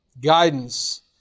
guidance